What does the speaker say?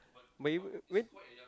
but you went